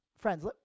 Friends